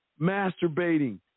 masturbating